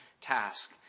task